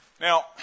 Now